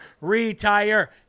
retire